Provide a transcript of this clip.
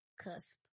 cusp